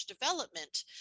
development